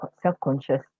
self-conscious